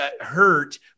hurt